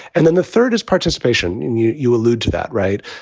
and then the third is participation. and you you allude to that. right,